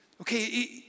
Okay